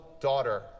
daughter